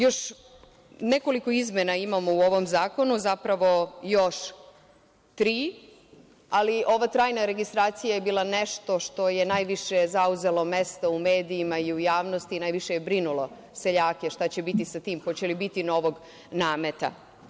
Još nekoliko izmena imamo u ovom zakonu, zapravo još tri, ali ova trajna registracija je bila nešto što je najviše zauzelo mesta u medijima i javnosti, najviše je brinulo seljake šta će biti sa tim, hoće li biti novog nameta?